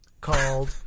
called